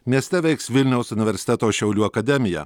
mieste veiks vilniaus universiteto šiaulių akademija